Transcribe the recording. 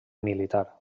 militar